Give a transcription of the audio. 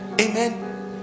Amen